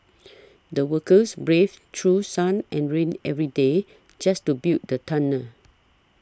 the workers braved through sun and rain every day just to build the tunnel